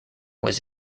was